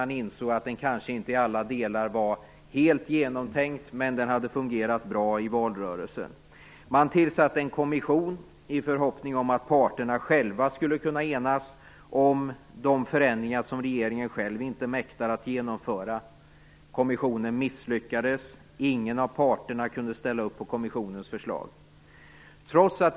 Man insåg att den kanske inte i alla delar var helt genomtänkt, men den hade fungerat bra i valrörelsen. Man tillsatte en kommission i förhoppning om att parterna själva skulle kunna enas om de förändringar som regeringen inte mäktade genomföra. Kommissionen misslyckades. Ingen av parterna kunde ställa upp på kommissionens förslag.